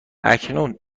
اکنون